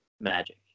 Magic